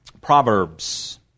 Proverbs